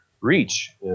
reach